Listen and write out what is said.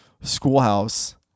schoolhouse